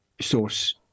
source